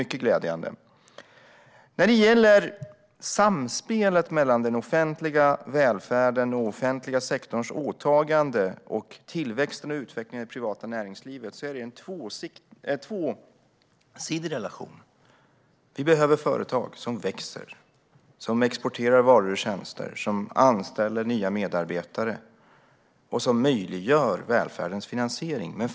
Relationen mellan den offentliga välfärden - och den offentliga sektorns åtagande - och tillväxten och utvecklingen i det privata näringslivet är tvåsidig. Vi behöver företag som växer, som exporterar varor och tjänster, som anställer nya medarbetare och som möjliggör välfärdens finansiering.